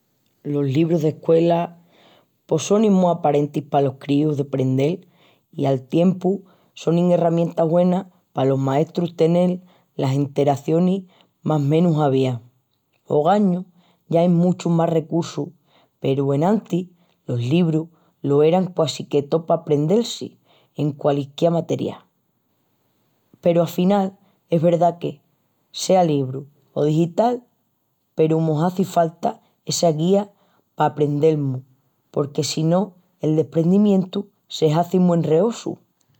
Los librus d'escuela... pos sonin mu aparentis palos críus deprendel i al tiempu sonin herramienta güena palos maestrus tenel las enteracionis más menus aviás. Ogañu ya ain muchus más recussus peru enantis los librus lo eran quasi que tó pa aprendel-si en qualisquiá materia. Peru afinal es verdá que, sea libru o digital peru mos hazi falta essa guía pa aprendel-mus porque si no el deprendimientu se hazi mu enreosu.